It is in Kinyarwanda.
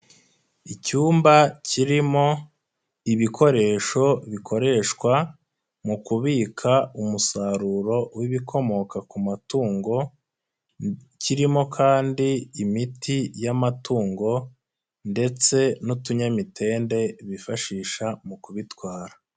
Icyumba kirimo ibikoresho bikoreshwa mu kubika umusaruro w'ibikomoka ku matungo, kirimo kandi imiti y'amatungo ndetse n'utunyamitende bifashisha mu kubitwara.